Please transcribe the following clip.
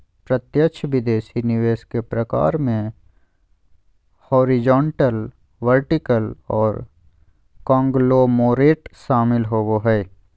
प्रत्यक्ष विदेशी निवेश के प्रकार मे हॉरिजॉन्टल, वर्टिकल आर कांगलोमोरेट शामिल होबो हय